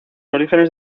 orígenes